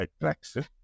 attraction